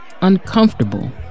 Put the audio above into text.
uncomfortable